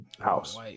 house